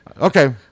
Okay